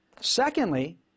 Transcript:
Secondly